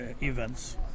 events